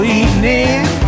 evening